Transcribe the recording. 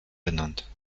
benannt